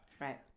right